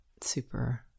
super